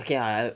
okay I'll